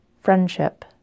Friendship